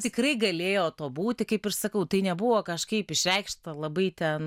tikrai galėjo to būti kaip ir sakau tai nebuvo kažkaip išreikšta labai ten